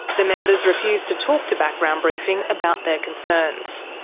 the members refused to talk to background briefing about their concerns.